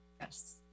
Yes